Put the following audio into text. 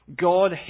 God